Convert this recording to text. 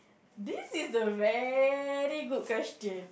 this is a very good question